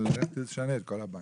אבל לך תשנה את כל הבנקים.